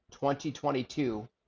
2022